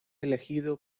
elegido